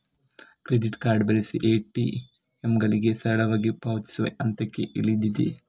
credit card ಬಳಸಿ ಎ.ಟಿ.ಎಂಗಳಿಗೆ ಸರಳವಾಗಿ ಪಾವತಿಸುವ ಹಂತಕ್ಕೆ ಇಳಿದಿದೆ